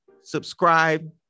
subscribe